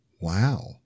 Wow